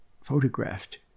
photographed